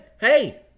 hey